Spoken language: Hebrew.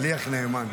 שליח נאמן.